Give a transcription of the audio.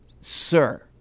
sir